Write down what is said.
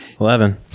Eleven